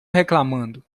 reclamando